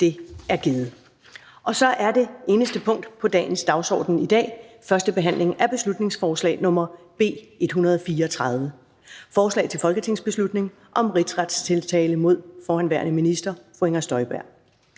Det er givet. --- Det eneste punkt på dagsordenen er: 1) 1. behandling af beslutningsforslag nr. B 134: Forslag til folketingsbeslutning om rigsretstiltale mod forhenværende minister Inger Støjberg.